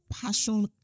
passion